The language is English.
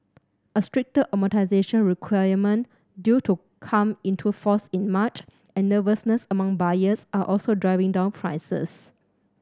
a stricter amortisation requirement due to come into force in March and nervousness among buyers are also driving down prices